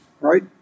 right